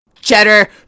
Cheddar